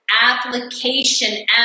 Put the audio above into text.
application